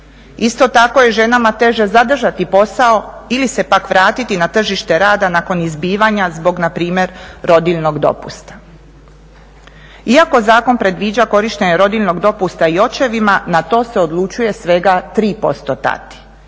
Isto tako je ženama teže zadržati posao ili se pak vratiti na tržište rada nakon izbivanja zbog npr. rodiljnog dopusta. Iako zakon predviđa korištenje rodiljnog dopusta i očevima, na to se odlučuje svega 3% tati,